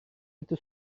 itu